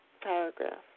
paragraph